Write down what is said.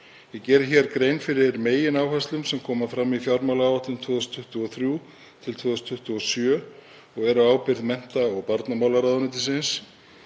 Ég geri hér grein fyrir megináherslum sem koma fram í fjármálaáætlun 2023–2027 og eru á ábyrgð mennta- og barnamálaráðuneytisins.